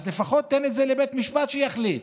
אז לפחות תן את זה לבית המשפט שיחליט.